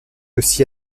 aussi